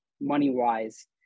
money-wise